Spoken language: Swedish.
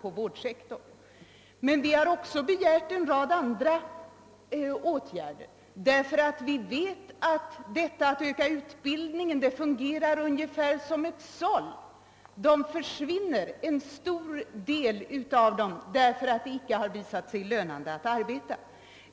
på inom vårdsektorn, men vi har också begärt en hel rad andra åtgärder. Vi vet nämligen att detta att öka utbildningskapaciteten fungerar ungefär som ett såll; en stor del av de utbildade försvinner därför att de finner att det inte lönar sig att arbeta.